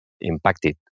impacted